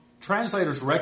translators